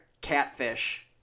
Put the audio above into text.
Catfish